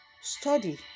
study